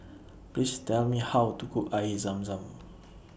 Please Tell Me How to Cook Air Zam Zam